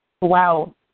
Wow